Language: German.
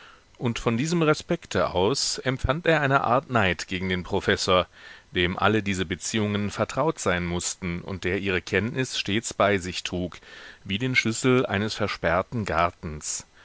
und von diesem respekte aus empfand er eine art neid gegen den professor dem alle diese beziehungen vertraut sein mußten und der ihre kenntnis stets bei sich trug wie den schlüssel eines versperrten gartens